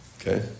Okay